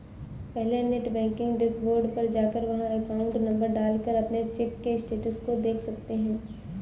पहले net banking dashboard पर जाकर वहाँ अकाउंट नंबर डाल कर अपने चेक के स्टेटस को देख सकते है